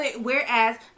Whereas